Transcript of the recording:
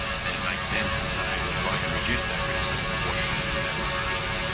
then it makes sense to say, well, if i can reduce that risk, what are you going to do about my margin?